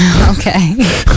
Okay